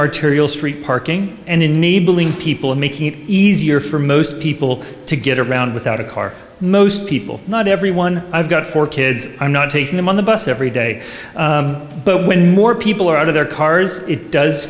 arterial street parking and enabling people and making it easier for most people to get around without a car most people not everyone i've got four kids i'm not taking them on the bus every day but when more people are out of their cars it does